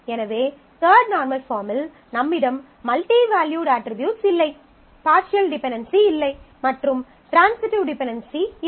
எனவே third normal பாஃர்ம்மில் நம்மிடம் மல்டி வேல்யூட் அட்ரிபியூட்ஸ் இல்லை பார்ஷியல் டிபென்டென்சி இல்லை மற்றும் ட்ரான்சிட்டிவ் டிபென்டென்சி இல்லை